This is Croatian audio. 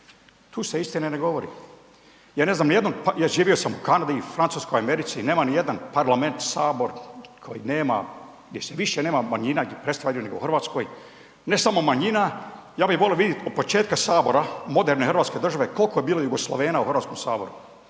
Ja ne znam nijednog, pa ja živio sam u Kanadi i Francuskoj i Americi, nema nijedan parlament, sabor koji nema, gdje se više nema manjina gdje predstavljaju nego u RH. Ne samo manjina, ja bi volio vidit od početka sabora moderne hrvatske države kolko je bilo Jugoslovena u HS, to je